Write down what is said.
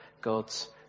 God's